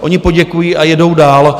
Oni poděkují a jedou dál.